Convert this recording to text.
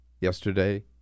Yesterday